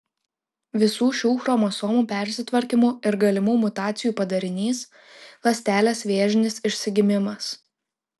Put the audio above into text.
visų šių chromosomų persitvarkymų ir galimų mutacijų padarinys ląstelės vėžinis išsigimimas